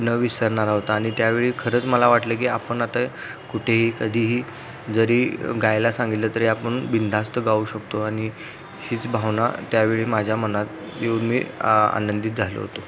न विसरणारा होता आणि त्यावेळी खरंच मला वाटलं की आपण आता कुठेही कधीही जरी गायला सांगितलं तरी आपण बिनधास्त गाऊ शकतो आणि हीच भावना त्यावेळी माझ्या मनात येऊन मी आ आनंदित झालो होतो